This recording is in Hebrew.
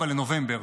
ב-24 בנובמבר.